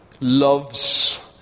loves